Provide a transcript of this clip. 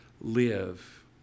live